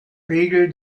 regel